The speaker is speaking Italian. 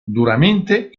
duramente